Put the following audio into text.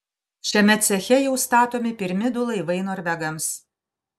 šiame ceche jau statomi pirmi du laivai norvegams